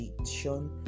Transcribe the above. addiction